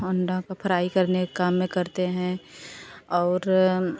अंडा को फ्राई करने के काम में करते हैं और